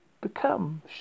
become